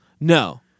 No